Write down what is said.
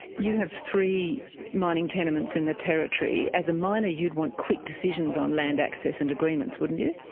you have three mining tenements in the territory. as a miner you'd want quick decisions on land access and agreements, wouldn't you?